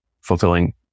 fulfilling